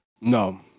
No